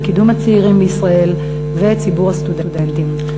קידום הצעירים בישראל וציבור הסטודנטים.